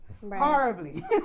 horribly